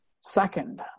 Second